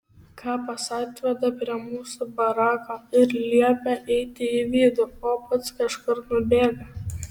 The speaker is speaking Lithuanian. kapas atveda prie mūsų barako ir liepia eiti į vidų o pats kažkur nubėga